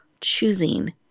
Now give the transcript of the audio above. choosing